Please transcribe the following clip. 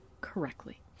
correctly